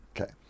Okay